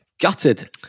gutted